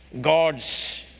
God's